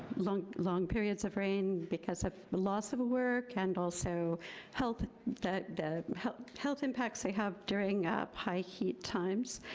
long, long periods of rain, because of the loss of work and also health, that the health health impacts they have during high heat times.